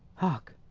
hark,